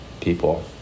people